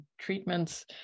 treatments